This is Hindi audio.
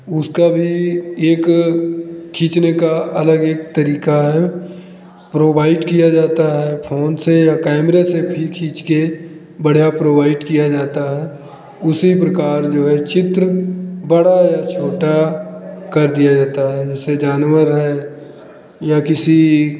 उसका भी एक खींचने का अलग एक तरीका है प्रोवाइट किया जाता है फ़ोन से या कैमरे से फि खींच के बढ़िया प्रोवाइट किया जाता है उसी प्रकार जो है चित्र बड़ा या छोटा कर दिया जाता है जैसे जानवर है या किसी